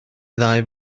ddau